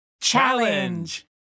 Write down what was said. Challenge